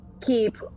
Keep